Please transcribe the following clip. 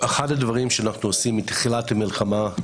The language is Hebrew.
אחד הדברים שאנחנו עושים מתחילת המלחמה,